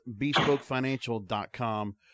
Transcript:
bespokefinancial.com